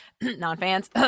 non-fans